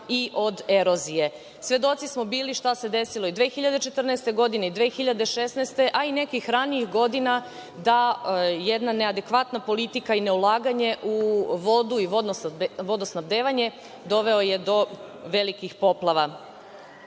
i od erozije. Svedoci smo bili šta se desilo 2014. i 2016. godine, a i nekih ranijih godina, da je jedna neadekvatna politika i ne ulaganje u vodu i vodosnabdevanje dovelo do velikih